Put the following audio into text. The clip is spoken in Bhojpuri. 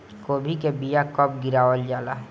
गोभी के बीया कब गिरावल जाला?